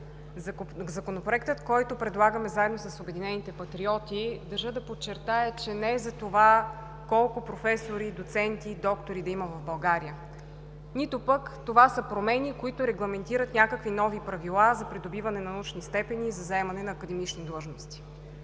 Законопроектът, който предлагаме заедно с „Обединените патриоти“, държа да подчертая, че не е за това колко професори, доценти и доктори да има в България, нито пък това са промени, които регламентират някакви нови правила за придобиване на научни степени и за заемане на академични длъжности.